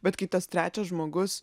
bet kai tas trečias žmogus